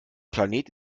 planet